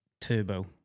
turbo